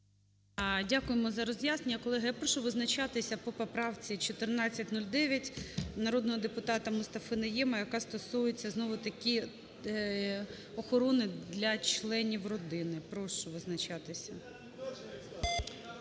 Дякуємо за роз'яснення. Колеги, я прошу визначатися по правці 1409 народного депутата Мустафи Найєма, яка стосується знову-таки охорони для членів родини. Прошу визначатися.